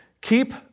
keep